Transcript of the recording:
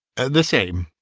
the same,